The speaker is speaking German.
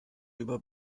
über